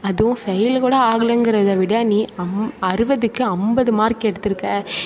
அதுவும் ஃபெயிலு கூட ஆகலங்கிறது விட நீ அம் அறுபதுக்கு ஐம்பது மார்க்கு எடுத்திருக்க